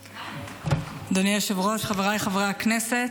אדוני היושב-ראש, חבריי חברי הכנסת,